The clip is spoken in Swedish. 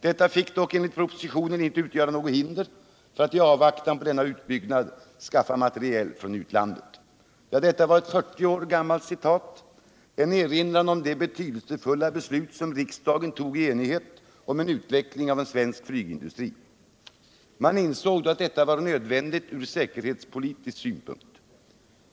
Detta fick dock enligt propositionen inte utgöra något hinder för att i avvaktan på denna uppbyggnad anskaffa materiel från utlandet. Ja, detta var ett 40 år gammalt citat - en erinran om det betydelsefulla beslut som riksdagen i enighet fattade om utveckling av en svensk flygindustri. Man insåg då att detta var nödvändigt från säkerhetspolitisk synpunkt.